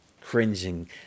cringing